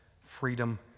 freedom